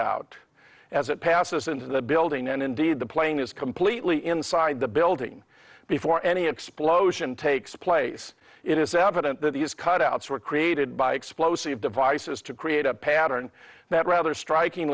out as it passes into the building and indeed the plane is completely inside the building before any explosion takes place it is evident that these cutouts were created by explosive devices to create a pattern that rather striking